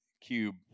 cube